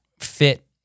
fit